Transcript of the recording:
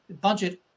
budget